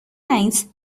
nice